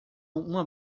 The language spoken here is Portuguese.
uma